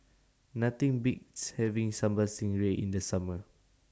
Nothing Beats having Sambal Stingray in The Summer